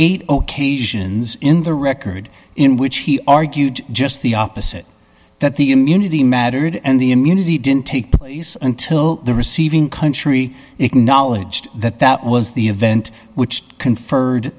jand in the record in which he argued just the opposite that the immunity mattered and the immunity didn't take place until the receiving country acknowledged that that was the event which conferred